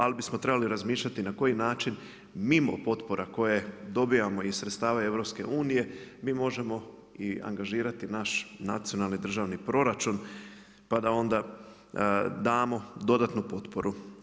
Ali bismo trebali razmišljati na koji način mimo potpora koje dobivamo iz sredstava EU mi možemo i angažirati naš nacionalni državni proračun, pa da onda damo dodatnu potporu.